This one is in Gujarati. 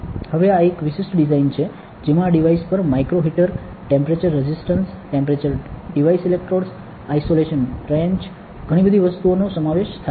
હવે આ એક વિશિષ્ટ ડિઝાઇન છે જેમાં આ ડિવાઇસ પર micro heater temperature resistance temperature device electrodes isolation trench ઘણી બધી વસ્તુઓનો સમાવેશ થાય છે